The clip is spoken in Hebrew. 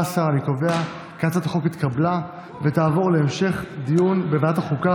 הצעת החוק התקבלה ותעבור להמשך דיון בוועדת החוקה,